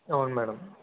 అవును మ్యాడం